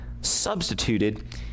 substituted